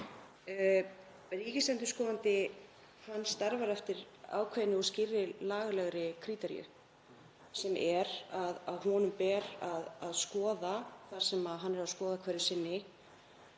Ríkisendurskoðandi starfar eftir ákveðinni og skýrri lagalegri kríteríu sem er að honum ber að skoða það sem hann er að skoða hverju sinni